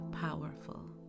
powerful